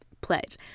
pledge